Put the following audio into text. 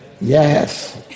Yes